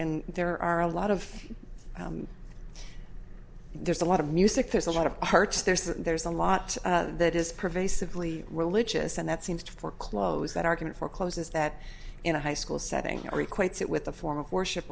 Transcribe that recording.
and there are a lot of there's a lot of music there's a lot of hearts there's a there's a lot that is pervasively religious and that seems to foreclose that argument for closeness that in a high school setting or equates it with a form of worship